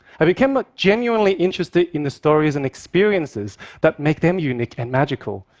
i became ah genuinely interested in the stories and experiences that make them unique and magical.